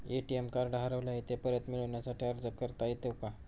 ATM card हरवले आहे, ते परत मिळण्यासाठी अर्ज करता येतो का?